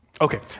Okay